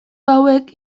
hauek